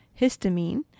histamine